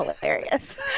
hilarious